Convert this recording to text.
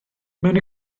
mewn